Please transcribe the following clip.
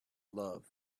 love